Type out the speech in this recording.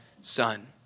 son